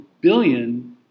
billion